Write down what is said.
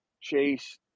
Chase